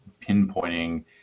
pinpointing